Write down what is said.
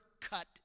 Cut